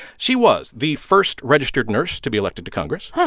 she was the first registered nurse to be elected to congress.